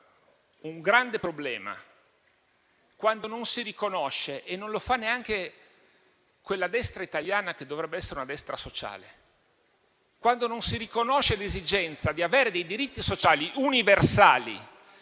un grande problema quando non si riconosce (e non lo fa neanche quella destra italiana che dovrebbe essere una destra sociale) l'esigenza di avere dei diritti sociali universali